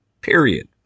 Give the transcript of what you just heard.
period